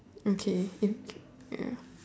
okay ya